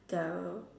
their